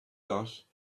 that